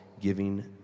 giving